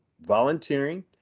volunteering